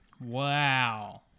Wow